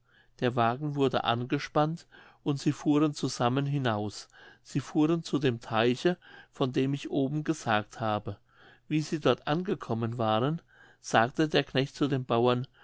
der wagen wurde angespannt und sie fuhren zusammen hinaus sie fuhren zu dem teiche von dem ich oben gesagt habe wie sie dort angekommen waren sagte der knecht zu dem bauern